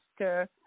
Mr